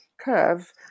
curve